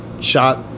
shot